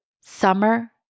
summer